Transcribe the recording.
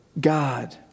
God